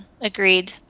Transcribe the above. agreed